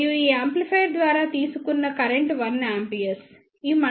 మరియు ఈ యాంప్లిఫైయర్ ద్వారా తీసుకున్న కరెంట్ 1 A